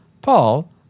Paul